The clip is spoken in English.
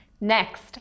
next